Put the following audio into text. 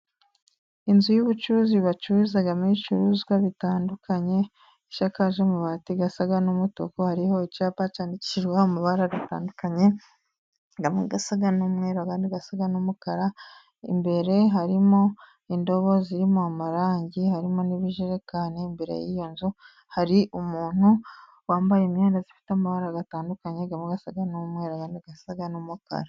Inzu y'ubucuruzi bacururizamo ibicuruzwa bitandukanye ishakaje amabati asa n'umutuku, hariho icyapa cyandikishijweho amabara atandukanye amwe asa n'umweru, andi asa n'umukara. Imbere harimo indobo zirimo amarangi , harimo n'ibijerekani. Imbere y'iyo nzu hari umuntu wambaye imyenda ifite amabara atandukanye , amwe asa n'umweru, andi asa n'umukara.